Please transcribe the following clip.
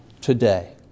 today